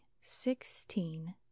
sixteen